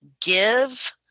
give